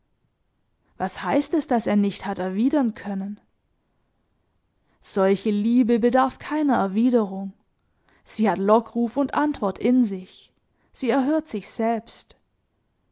was heißt es daß er nicht hat erwidern können solche liebe bedarf keiner erwiderung sie hat lockruf und antwort in sich sie erhört sich selbst